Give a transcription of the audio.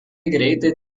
greitai